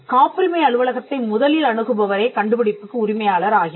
காப்புரிமை அலுவலகத்தை முதலில் அணுகுபவரே கண்டுபிடிப்புக்கு உரிமையாளர் ஆகிறார்